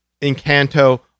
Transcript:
encanto